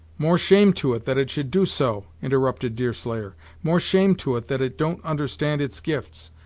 more shame to it, that it should do so, interrupted deerslayer more shame to it, that it don't understand its gifts,